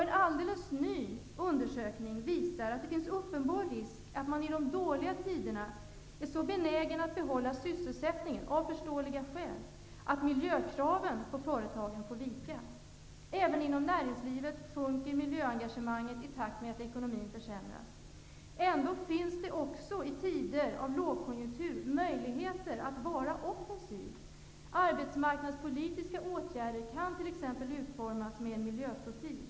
En alldeles ny undersökning visar att risken är uppenbar att man i dåliga tider -- av förståeliga skäl -- är så benägen att behålla sysselsättningen att miljökraven ute på företagen får vika. Även inom näringslivet minskar miljöengagemanget i takt med att ekonomin försämras. Ändå finns det också i tider av lågkonjunktur möjligheter att vara offensiv. Arbetsmarknadspolitiska åtgärder kan t.ex. utformas med en miljöprofil.